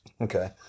Okay